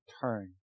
turn